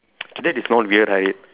that is not weird Harid